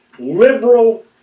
liberal